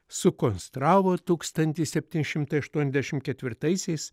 sukonstravo tūkstantis septyni šimtai aštuoniasdešim ketvirtaisiais